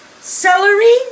celery